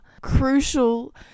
crucial